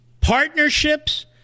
partnerships